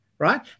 right